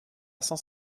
cent